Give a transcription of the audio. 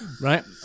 Right